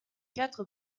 quatre